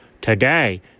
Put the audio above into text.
Today